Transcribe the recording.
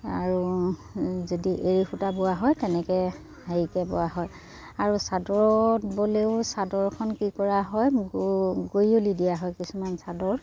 আৰু যদি এৰী সূতা বোৱা হয় তেনেকৈ হেৰিকৈ বোৱা হয় আৰু চাদৰত ব'লেও চাদৰখন কি কৰা হয় গৰিয়লি দিয়া হয় কিছুমান চাদৰ